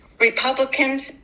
Republicans